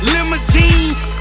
Limousines